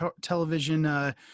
television